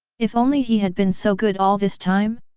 if only he had been so good all this time?